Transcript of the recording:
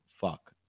Fuck